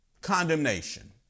Condemnation